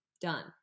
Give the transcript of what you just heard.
done